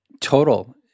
total